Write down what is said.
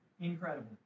Incredible